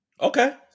Okay